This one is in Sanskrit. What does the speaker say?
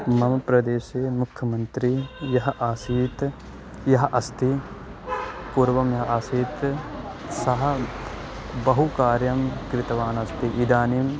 मम प्रदेशे मुख्यमन्त्री यः आसीत् यः अस्ति पूर्वम् यः आसीत् सः बहु कार्यं कृतवान् अस्ति इदानीं